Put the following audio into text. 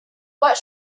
what